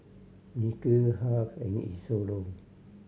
Nikhil Harve and Isidro